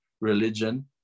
religion